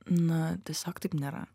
na tiesiog taip nėra